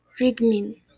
rigmin